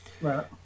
Right